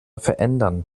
verändern